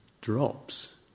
drops